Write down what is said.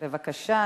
בבקשה.